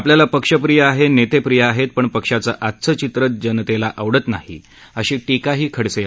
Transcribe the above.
आपल्याला पक्ष प्रिय आहे नेते प्रिय आहेत पण पक्षाचं आजचं चित्र जनतेला आवडत नाही अशी टीकाही खडसे यांनी केली